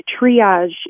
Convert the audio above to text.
triage